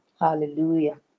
hallelujah